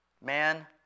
Man